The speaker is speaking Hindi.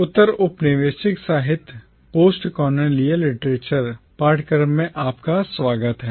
उत्तर औपनिवेशिक साहित्य postcolonial literature पाठ्यक्रम में आपका स्वागत है